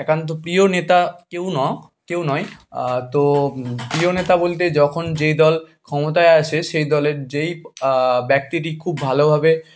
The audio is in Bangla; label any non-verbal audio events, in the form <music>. একান্ত প্রিয় নেতা কেউ <unintelligible> কেউ নয় তো প্রিয় নেতা বলতে যখন যে দল ক্ষমতায় আসে সেই দলের যেই ব্যক্তিটি খুব ভালোভাবে